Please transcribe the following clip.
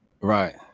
right